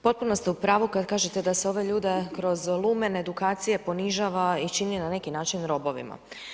Potpuno ste u pravu kad kažete da se ove ljude kroz Lumen edukacije ponižava i čini na neki način robovima.